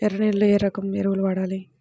ఎర్ర నేలలో ఏ రకం ఎరువులు వాడాలి?